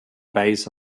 base